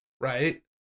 Right